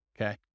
Okay